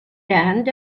land